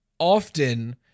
Often